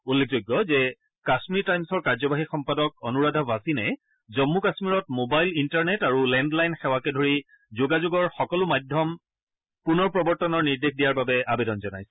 উল্লেখযোগ্য যে কাম্মীৰ টাইমছৰ কাৰ্যবাহী সম্পাদক অনুৰাধা ভাছিনে জম্মু কামীৰত মোবাইল ইণ্টাৰনেট আৰু লেণ্ডলাইন সেৱাকে ধৰি যোগাযোগৰ সকলো ধৰণৰ মাধ্যম পুনৰ প্ৰৱৰ্তনৰ নিৰ্দেশ দিয়াৰ বাবে আৱেদন জনাইছিল